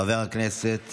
חבר הכנסת